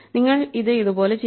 നിങ്ങൾ ഇത് ഇതുപോലെ ചെയ്യുക